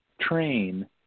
train